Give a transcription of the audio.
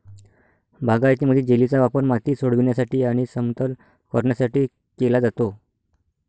बागायतीमध्ये, जेलीचा वापर माती सोडविण्यासाठी आणि समतल करण्यासाठी केला जातो